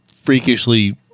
freakishly